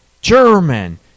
German